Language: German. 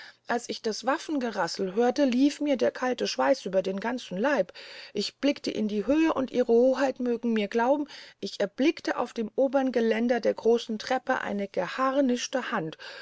als ich das waffengerassel hörte lief mir der kalte schweis über den ganzen leib ich blickte in die höhe und ihre hoheit mögen mir glauben ich erblickte auf dem obern geländer der großen treppe eine geharnischte hand